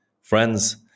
Friends